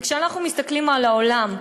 כשאנחנו מסתכלים על העולם,